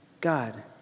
God